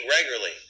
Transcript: regularly